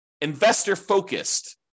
investor-focused